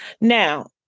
Now